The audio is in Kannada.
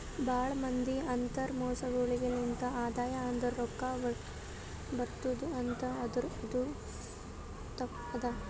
ಭಾಳ ಮಂದಿ ಅಂತರ್ ಮೊಸಳೆಗೊಳೆ ಲಿಂತ್ ಆದಾಯ ಅಂದುರ್ ರೊಕ್ಕಾ ಬರ್ಟುದ್ ಅಂತ್ ಆದುರ್ ಅದು ತಪ್ಪ ಅದಾ